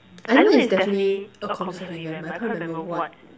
I know it's definitely a comm serve event but I can't remember what